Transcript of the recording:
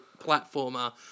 platformer